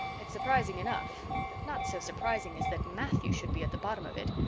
it's surprising enough but not so surprising as that matthew should be at the bottom of it,